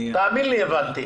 תאמין לי שהבנתי.